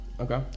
Okay